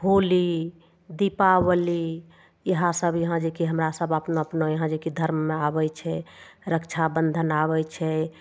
होली दीपावली इहए सब यहाँ जे कि हमरा सब अपना अपना यहाँ जे कि धर्ममे आबै छै रक्षाबंधन आबै छै